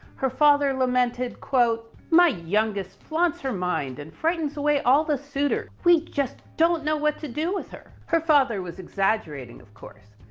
her father lamented quote, my youngest flaunts her mind and frightens away all the suitors. we just don't know what to do with her. her father was exaggerating, of course,